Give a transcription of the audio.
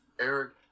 Eric